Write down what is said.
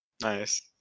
Nice